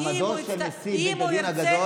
מעמדו של נשיא בית הדין הגדול